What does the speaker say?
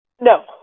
No